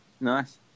Nice